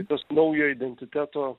tas naujo identiteto